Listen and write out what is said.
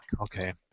okay